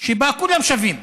שבה כולם שווים,